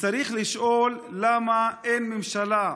וצריך לשאול למה אין ממשלה,